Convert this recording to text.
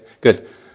good